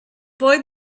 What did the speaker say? boy